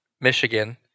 michigan